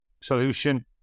solution